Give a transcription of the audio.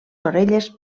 orelles